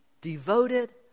devoted